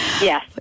Yes